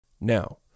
Now